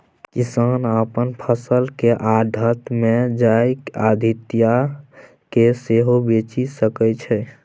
किसान अपन फसल केँ आढ़त मे जाए आढ़तिया केँ सेहो बेचि सकै छै